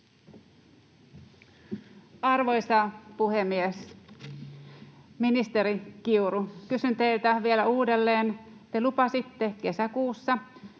Arvoisa puhemies! Ministeri Kiuru, kysyn teiltä vielä uudelleen: Te lupasitte kesäkuussa,